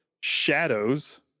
shadows